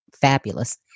fabulous